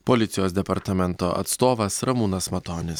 policijos departamento atstovas ramūnas matonis